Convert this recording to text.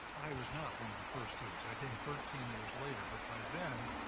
i was not one of the first students, i came thirteen years later, but by then,